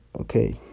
Okay